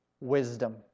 wisdom